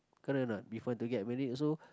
correct or not before to get married also